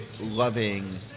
loving